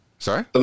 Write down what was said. Sorry